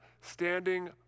standing